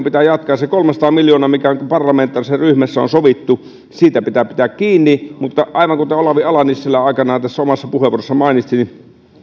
pitää jatkaa ja siitä kolmestasadasta miljoonasta mikä parlamentaarisessa ryhmässä on sovittu pitää pitää kiinni aivan kuten olavi ala nissilä aikanaan omassa puheenvuorossaan mainitsi niin